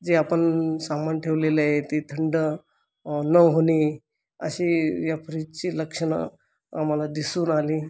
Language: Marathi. जे आपण सामान ठेवलेले आहेत ते थंड न होणे अशी ह्या फ्रीजची लक्षणं आम्हाला दिसून आली